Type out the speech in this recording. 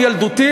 הלוגיקה שלך,